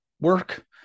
work